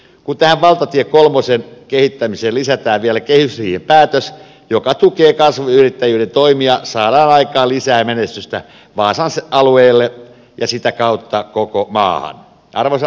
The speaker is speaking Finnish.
kun valtatie kolmosen kehittämiseen lisätään vielä kehysriihen päätös joka tukee kasvuyrittäjyyden toimia saadaan aikaan lisää menestystä vaasan alueelle ja sitä kautta koko maahan